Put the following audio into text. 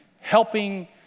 helping